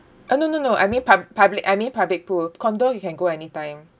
uh no no no I mean pub~ public I mean public pool condo you can go anytime